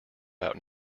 out